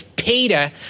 Peter